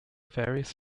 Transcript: various